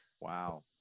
Wow